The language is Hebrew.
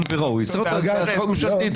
וראוי צריכה להיות הצעת חוק ממשלתית,